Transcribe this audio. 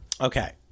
Okay